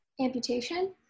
amputation